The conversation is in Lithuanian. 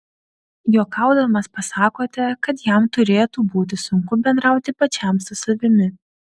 juokaudamas pasakote kad jam turėtų būti sunku bendrauti pačiam su savimi